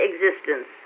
existence